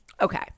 Okay